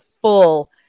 full